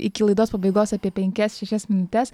iki laidos pabaigos apie penkias šešias minutes